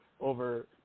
over